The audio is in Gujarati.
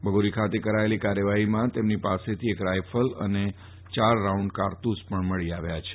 બગોરી ખાતે કરાચેલી કાર્યવાફીમાં તેમની પાસેથી એક રાયફલ અને ચાર રાઉન્ડ કારતૂસ પણ મેળવ્યા છે